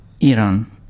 Iran